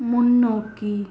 முன்னோக்கி